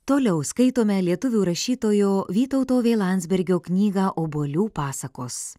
toliau skaitome lietuvių rašytojo vytauto v landsbergio knygą obuolių pasakos